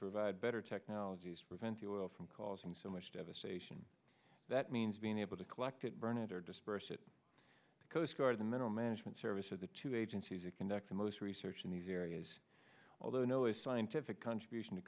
revive better technologies prevent the oil from causing so much devastation that means being able to collect it burn it or disperse it the coast guard the mineral management service or the two agencies to conduct the most research in these areas although no a scientific contribution to